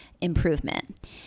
improvement